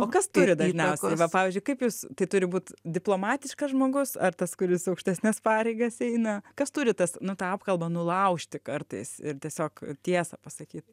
o kas turi dažniausiai va pavyzdžiui kaip jūs tai turi būt diplomatiškas žmogus ar tas kuris aukštesnes pareigas eina kas turi tas nu tą apkalbą nulaužti kartais ir tiesiog tiesą pasakyt